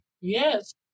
Yes